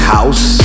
House